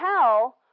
tell